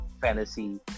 fantasy